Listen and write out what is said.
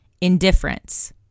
Indifference